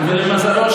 והכול למען בן אדם אחד.